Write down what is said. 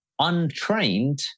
untrained